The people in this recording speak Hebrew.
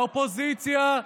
האופוזיציה,